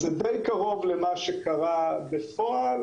זה די קרוב למה שקרה בפועל.